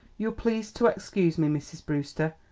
you'll please to excuse me, mrs. brewster,